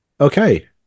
Okay